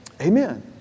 Amen